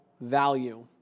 value